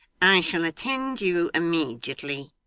i shall attend you immediately